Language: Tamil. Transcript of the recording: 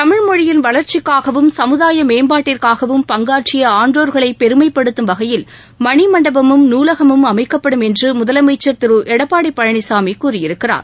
தமிழ்மொழியின் வளர்ச்சிக்காகவும் சமுதாய மேம்பாட்டிற்காகவும் பங்காற்றிய ஆள்றோர்களை பெருமைப்படுத்தும் வகையில் மணிமண்டபமும் நூலகமும் அமைக்கப்படும் என்று முதலமைச்சர் திரு எடப்பாடி பழனிசாமி கூறியிருக்கிறார்